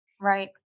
Right